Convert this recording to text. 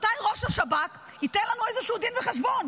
מתי ראש השב"כ ייתן לנו דין וחשבון?